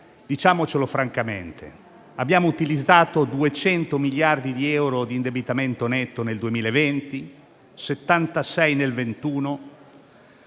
Diciamo francamente che abbiamo utilizzato 200 miliardi di euro di indebitamento netto nel 2020 e 76 miliardi